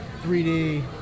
3d